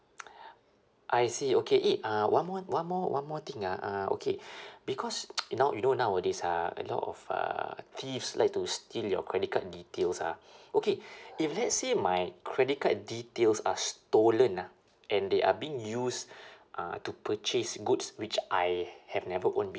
I see okay eh uh one more one more one more thing ah uh okay because now you know you know nowadays ah a lot of uh thieves like to steal your credit card details ah okay if let's say my credit card details are stolen ah and they are being used uh to purchase goods which I have never owned